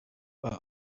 bei